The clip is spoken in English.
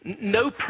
no